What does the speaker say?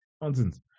nonsense